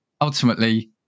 ultimately